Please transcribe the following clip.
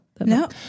No